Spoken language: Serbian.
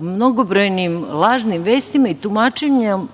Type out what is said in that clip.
mnogobrojnim lažnim vestima i tumačenjima